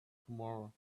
tomorrow